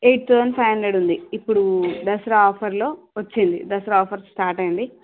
eight thousand five hundred ఉంది ఇప్పుడు దసరా ఆఫర్లో వచ్చింది దసరా ఆఫర్ స్టార్ట్ అయింది